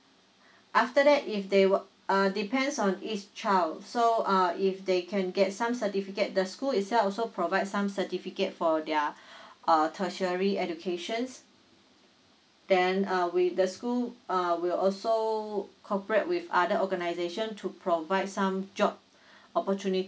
after that if they will uh depends on each child so uh if they can get some certificate the school itself also provide some certificate for their uh tertiary educations then uh with the school uh will also corporate with other organization to provide some job opportuni